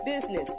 business